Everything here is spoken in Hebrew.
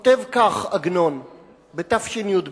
כותב כך עגנון בתשי"ב: